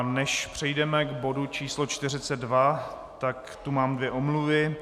Než přejdeme k bodu číslo 42, tak tu mám dvě omluvy.